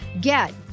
Get